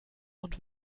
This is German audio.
und